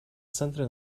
центре